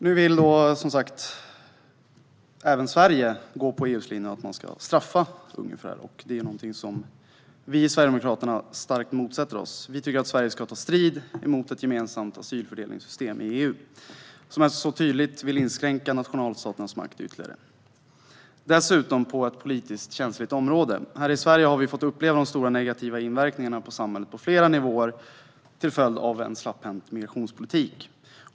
Nu vill även Sverige gå på EU:s linje att man ska straffa Ungern för detta. Det är någonting som vi i Sverigedemokraterna starkt motsätter oss. Vi tycker att Sverige ska ta strid mot ett gemensamt asylfördelningssystem i EU, som så tydligt vill inskränka nationalstaternas makt ytterligare - dessutom på ett politiskt känsligt område. Här i Sverige har vi fått uppleva stora negativa inverkningar på samhället på flera nivåer till följd av en slapphänt migrationspolitik.